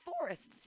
forests